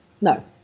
No